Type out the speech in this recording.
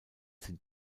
sind